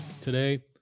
Today